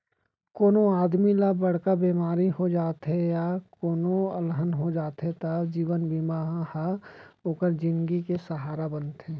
कोनों आदमी ल बड़का बेमारी हो जाथे या कोनों अलहन हो जाथे त जीवन बीमा ह ओकर जिनगी के सहारा बनथे